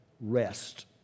rest